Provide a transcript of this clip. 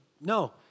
no